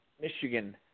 Michigan